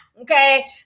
Okay